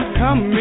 come